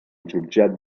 jutjat